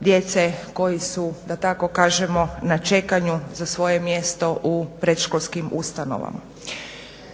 djece koji su da tako kažemo na čekanju za svoje mjesto u predškolskim ustanovama.